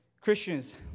Christians